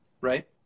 right